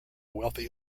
wealthy